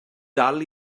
dal